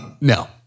no